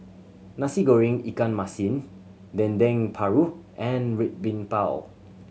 Nasi Goreng ikan masin Dendeng Paru and Red Bean Bao